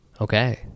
Okay